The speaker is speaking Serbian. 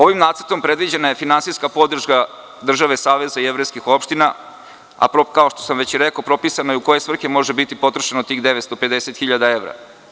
Ovim nacrtom predviđena je finansijska podrška države Savezu jevrejskih opština, a ako što sam već rekao, propisano je u koje svrhe može biti potrošeno tih 950 hiljada evra.